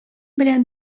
белән